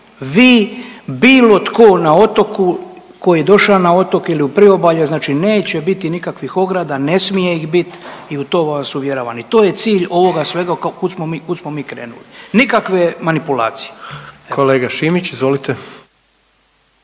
vi, bilo tko na otoku koji je došao na otok ili u priobalje, znači neće biti nikakvih ograda, ne smije ih bit i u to vas uvjeravam i to je cilj ovoga svega kud smo mi krenuli. Nikakve manipulacije. **Jandroković, Gordan